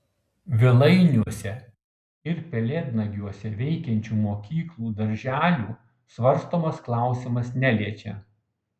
vilainiuose ir pelėdnagiuose veikiančių mokyklų darželių svarstomas klausimas neliečia